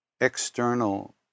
external